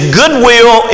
goodwill